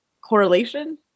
correlation